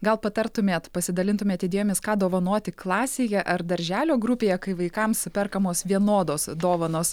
gal patartumėt pasidalintumėt idėjomis ką dovanoti klasėje ar darželio grupėje kai vaikams perkamos vienodos dovanos